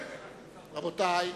רבותי,